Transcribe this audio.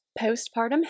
Postpartum